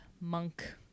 monk